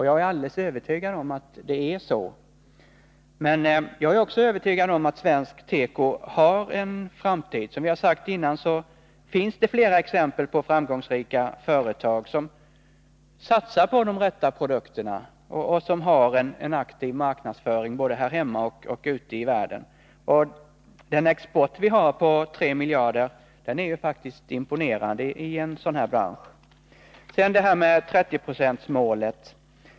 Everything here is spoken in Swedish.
Jag är alldeles övertygad om att det verkligen är så. Men jag är också övertygad om att svensk teko har en framtid. Som jag sade tidigare finns det flera exempel på framgångsrika företag som satsar på de rätta produkterna och som har en aktiv marknadsföring både här hemma och ute i världen. Den export vi har på 3 miljarder kronor är faktiskt imponerande i en sådan här bransch. Sedan 30-procentsmålet.